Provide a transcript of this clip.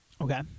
Okay